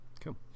cool